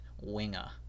winger